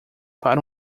para